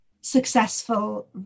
successful